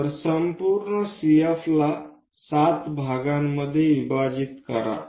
तर संपूर्ण CF ला 7 समान भागांमध्ये विभाजित करा